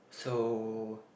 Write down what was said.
so